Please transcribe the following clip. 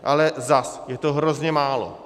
Ale zase je to hrozně málo.